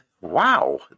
Wow